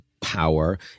Power